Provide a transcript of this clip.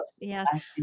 yes